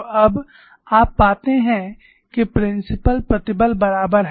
तो अब आप पाते हैं कि प्रिंसिपल प्रतिबल बराबर हैं